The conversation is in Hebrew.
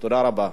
תודה רבה.